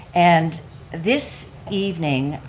and this evening,